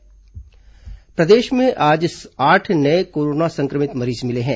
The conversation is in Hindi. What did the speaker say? कोरोना मरीज प्रदेश में आज आठ नये कोरोना संक्रमित मरीज मिले हैं